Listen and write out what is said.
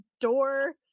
door